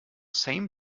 same